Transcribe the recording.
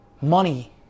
Money